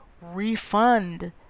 refund